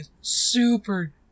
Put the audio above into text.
super